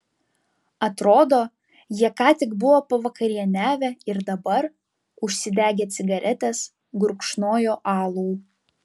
atrodo jie ką tik buvo pavakarieniavę ir dabar užsidegę cigaretes gurkšnojo alų